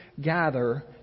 gather